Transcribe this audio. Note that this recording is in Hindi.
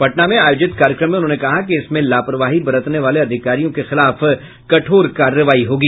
पटना में आयोजित कार्यक्रम में उन्होंने कहा कि इसमें लापरवाही बरतने वाले अधिकारियों के खिलाफ कठोर कार्रवाई की जायेगी